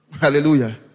Hallelujah